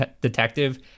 detective